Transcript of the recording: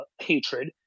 hatred